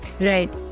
Right